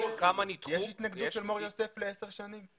יש התנגדות של מור יוסף לעשר שנים?